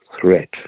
threat